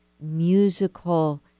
musical